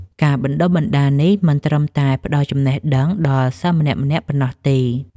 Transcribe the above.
ការបណ្ដុះបណ្ដាលនេះមិនត្រឹមតែផ្ដល់ចំណេះដឹងដល់សិស្សម្នាក់ៗប៉ុណ្ណោះទេ។